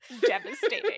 Devastating